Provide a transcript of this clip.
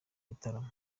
gitaramo